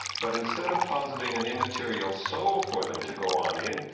but instead of positing an immaterial soul for them to go on in,